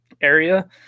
area